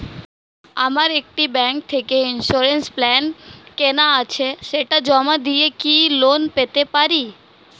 আমার একটি ব্যাংক থেকে ইন্সুরেন্স প্ল্যান কেনা আছে সেটা জমা দিয়ে কি লোন পেতে পারি?